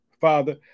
father